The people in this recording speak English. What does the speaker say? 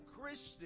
Christian